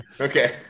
Okay